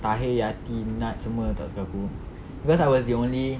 tahir yati nad semua tak suka aku cause I was the only